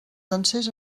dansers